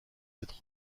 cette